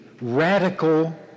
radical